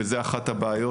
וזה אחת הבעיות.